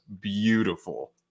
beautiful